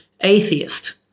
atheist